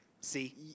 see